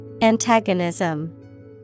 Antagonism